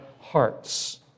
hearts